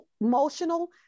emotional